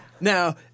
Now